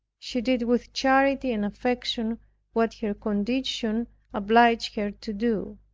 she did with charity and affection what her condition obliged her to do.